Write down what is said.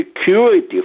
security